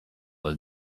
was